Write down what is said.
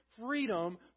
Freedom